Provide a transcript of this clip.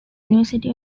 university